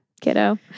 Kiddo